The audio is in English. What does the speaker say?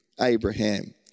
Abraham